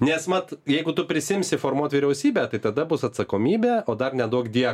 nes mat jeigu tu prisiimsi formuot vyriausybę tai tada bus atsakomybė o dar neduokdie